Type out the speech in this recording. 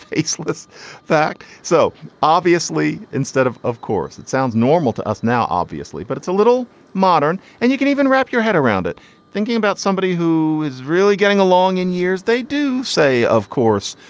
it's this fact so obviously, instead of of course, it sounds normal to us now, obviously, but it's a little modern and you can even wrap your head around it thinking about somebody who is really getting along in years. they do say, of course,